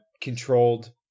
controlled